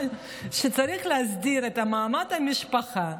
אבל כשצריך להסדיר את מעמד המשפחה,